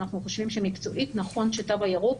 אנחנו חושבים שמקצועית נכון שהתו הירוק,